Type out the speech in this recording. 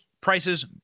prices